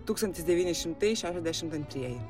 tūkstantis devyni šimtai šešiasdešim antrieji